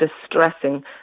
distressing